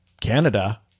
Canada